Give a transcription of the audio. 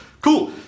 cool